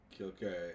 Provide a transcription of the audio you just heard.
Okay